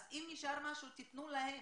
אז אם נשאר משהו תנו להם,